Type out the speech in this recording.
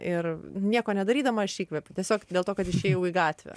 ir nieko nedarydama aš įkvepiu tiesiog dėl to kad išėjau į gatvę